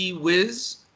Wiz